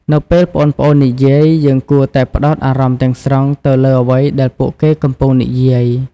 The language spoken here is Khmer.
នៅពេលប្អូនៗនិយាយ យើងគួរតែផ្ដោតអារម្មណ៍ទាំងស្រុងទៅលើអ្វីដែលពួកគេកំពុងនិយាយ។